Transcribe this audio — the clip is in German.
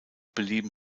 belieben